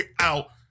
out